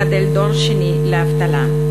גדל דור שני לאבטלה.